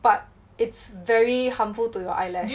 but it's very harmful to your eyelash